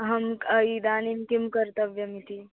अहम् इदानींं किं कर्तव्यम् इति